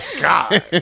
God